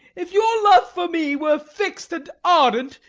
if your love for me were fixed and ardent,